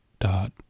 dot